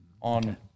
On